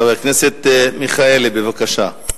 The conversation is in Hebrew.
חבר הכנסת אברהם מיכאלי, בבקשה.